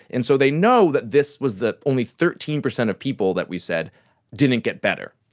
and so they know that this was the only thirteen percent of people that we said didn't get better.